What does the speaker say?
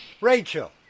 Rachel